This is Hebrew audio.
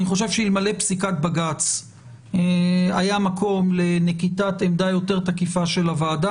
אני חושב שאלמלא פסיקת בג"ץ היה מקום לנקיטת עמדה יותר תקיפה של הוועדה.